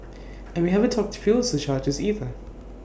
and we haven't talked fuel surcharges either